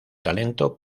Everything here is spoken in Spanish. talento